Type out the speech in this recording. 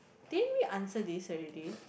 didn't we answer this already